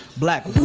black